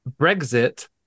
Brexit